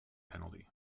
penalty